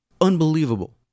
Unbelievable